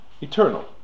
eternal